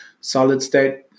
solid-state